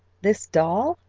this doll?